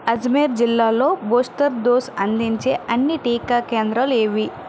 అజ్మేర్ జిల్లాలో booster dose అందించే అన్ని టీకా కేంద్రాలు ఏవి